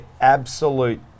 absolute